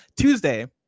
tuesday